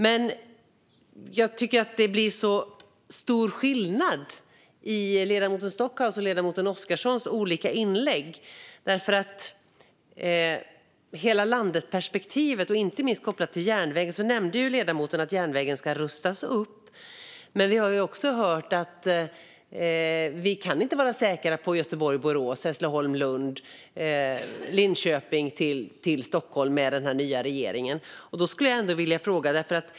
Men jag tycker att det blir stor skillnad mellan detta och ledamoten Stockhaus och ledamoten Oscarssons olika inlägg. När det gäller hela-landet-perspektivet, inte minst kopplat till järnvägen, nämnde ledamoten att järnvägen ska rustas upp. Men vi har också hört att vi inte kan vara säkra på sträckorna Göteborg-Borås, Hässleholm-Lund och Linköping-Stockholm med den nya regeringen. Därför skulle jag vilja ställa en fråga.